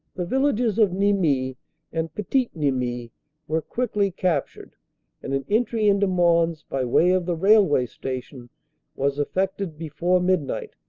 the villages of nimy and petit nimy were quickly captured and an entry into mons by way of the railway station was effected before midnight.